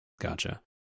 gotcha